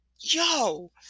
Yo